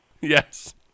Yes